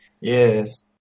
Yes